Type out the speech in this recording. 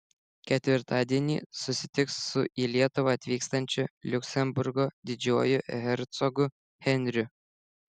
ketvirtadienį susitiks su į lietuvą atvykstančiu liuksemburgo didžiuoju hercogu henriu